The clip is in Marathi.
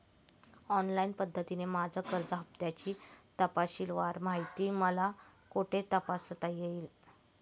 ऑनलाईन पद्धतीने माझ्या कर्ज हफ्त्याची तपशीलवार माहिती मला कुठे तपासता येईल?